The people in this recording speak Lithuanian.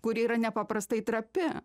kuri yra nepaprastai trapi